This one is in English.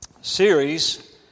series